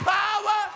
power